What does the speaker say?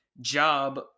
job